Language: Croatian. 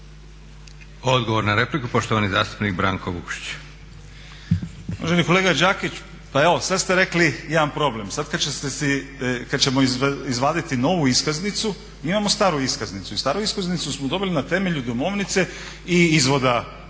Odgovor na repliku, poštovani zastupnik Branko Vukšić. **Vukšić, Branko (Nezavisni)** Uvaženi kolega Đakić, pa evo sad ste rekli jedan problem. Sad kad ćemo izvaditi novu iskaznicu mi imamo staru iskaznicu i staru iskaznicu smo dobili na temelju domovnice i izvoda koji